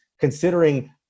considering